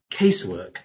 casework